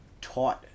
taught